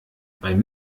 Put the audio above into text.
beim